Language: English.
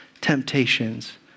temptations